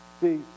See